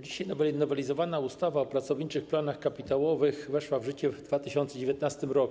Dzisiaj nowelizowana ustawa o pracowniczych planach kapitałowych weszła w życie w 2019 r.,